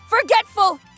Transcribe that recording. forgetful